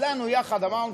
כולנו יחד אמרנו,